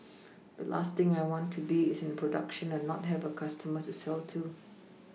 the last thing I want to be is in production and not have a customer to sell to